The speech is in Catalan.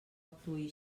actuï